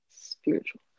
spiritual